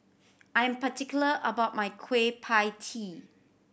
I am particular about my Kueh Pie Tee